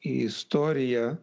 į istoriją